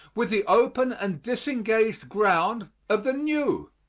with the open and disengaged ground of the new.